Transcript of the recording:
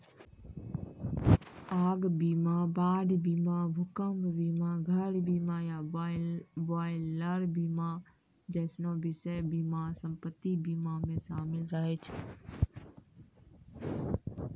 आग बीमा, बाढ़ बीमा, भूकंप बीमा, घर बीमा या बॉयलर बीमा जैसनो विशेष बीमा सम्पति बीमा मे शामिल रहै छै